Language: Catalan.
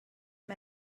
amb